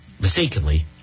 mistakenly